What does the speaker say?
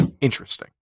interesting